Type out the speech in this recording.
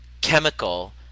chemical